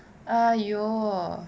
!aiyo!